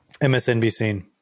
MSNBC